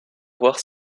voire